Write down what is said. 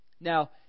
Now